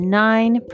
nine